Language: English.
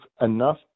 enough